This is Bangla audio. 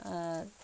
আর